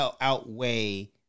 outweigh